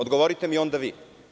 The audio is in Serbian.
Odgovorite mi onda vi.